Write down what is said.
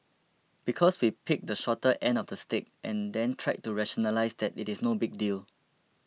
because we picked the shorter end of the stick and then tried to rationalise that it is no big deal